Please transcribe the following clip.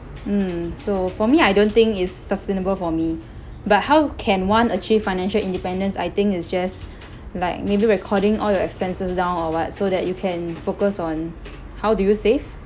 mm so for me I don't think is sustainable for me but how can one achieve financial independence I think is just like maybe recording all your expenses down or what so that you can focus on how do you save